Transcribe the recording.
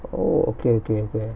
oh okay okay okay